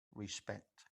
respect